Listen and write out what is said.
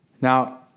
Now